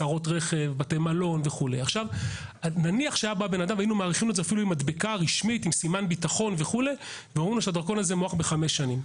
11:00. וכיוון שאי אפשר להמשיך אחרי 11:00,